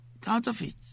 counterfeit